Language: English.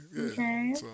Okay